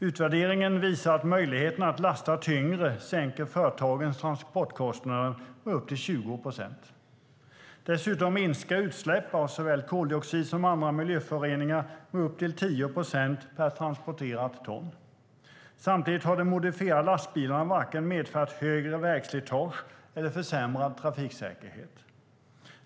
- Utvärderingen visar att möjligheten att lasta tyngre sänker företagens transportkostnader med upp till 20 procent. Dessutom minskar utsläpp av såväl koldioxid som andra miljöföroreningar med upp till tio procent per transporterat ton. Samtidigt har de modifierade lastbilarna varken medfört högre vägslitage eller försämrad trafiksäkerhet.